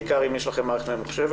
בעיקר אם יש לכם מערכת ממוחשבת